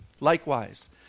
likewise